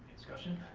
discussion?